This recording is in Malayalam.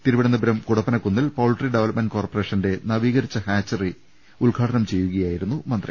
തിരുവനന്തപുരം കുടപ്പനക്കുന്നിൽ പൌൾട്രി ഡെവലപ്മെന്റ് കോർപറേഷന്റെ നവീകരിച്ച ഹാച്ചറി സമുച്ചയം ഉദ്ഘാടനം ചെയ്യുകയായിരുന്നു മന്ത്രി